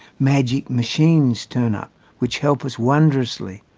magic machines turn up which help us wondrously.